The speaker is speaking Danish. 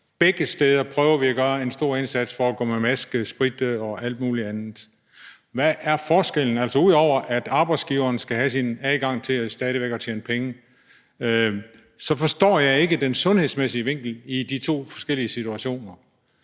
Begge steder prøver vi at gøre en stor indsats for at gå med maske, spritte af og alt muligt andet. Hvad er forskellen, altså ud over at arbejdsgiveren stadig væk skal have adgang til at tjene penge? Jeg forstår ikke den sundhedsmæssige vinkel i de to forskellige situationer,